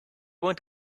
won’t